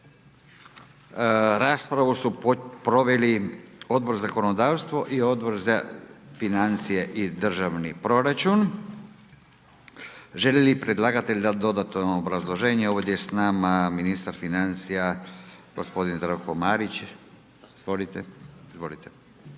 Raspravu su proveli Odbor za zakonodavstvo i Odbor za financije i državni proračun. Želi li predlagatelj dati dodatno obrazloženje? Ovdje je s nama ministar financija g. Zdravko Marić. Izvolite,